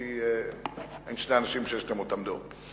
כי אין שני אנשים שיש להם אותן דעות.